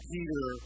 Peter